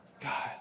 God